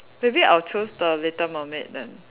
maybe I'll choose the little mermaid then